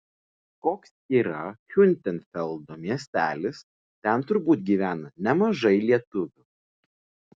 koks yra hiutenfeldo miestelis ten turbūt gyvena nemažai lietuvių